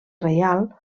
reial